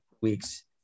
weeks